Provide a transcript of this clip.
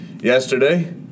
yesterday